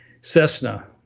Cessna